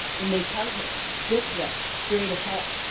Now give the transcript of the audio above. and they tell her this way, straight ahead,